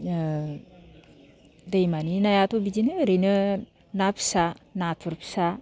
दैमानि नायाथ' बिदिनो ओरैनो ना फिसा नाथुर फिसा